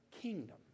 kingdom